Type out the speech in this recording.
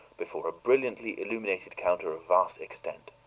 before a brilliantly illuminated counter of vast extent.